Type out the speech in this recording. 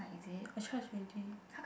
I charge already